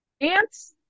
dance